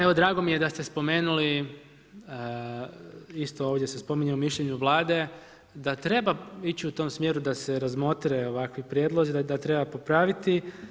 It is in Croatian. Evo drago mi je da ste spomenuli isto ovdje se spominje u mišljenju Vlade da treba ići u tom smjeru da se razmotre ovakvi prijedlozi, da treba popraviti.